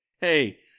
hey